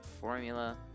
Formula